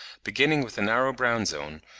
beginning with a narrow brown zone,